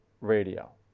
radio